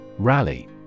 Rally